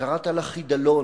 וקראת לה חידלון.